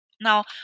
Now